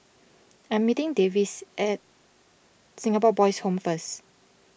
I am meeting Davis at Singapore Boys' Home first